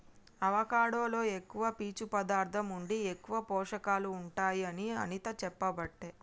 avocado లో ఎక్కువ పీచు పదార్ధం ఉండి ఎక్కువ పోషకాలు ఉంటాయి అని అనిత చెప్పబట్టే